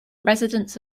residents